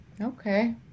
Okay